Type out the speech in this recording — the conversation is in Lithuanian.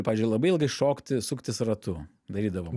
pavyzdžiui labai ilgai šokti suktis ratu darydavom